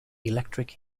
electric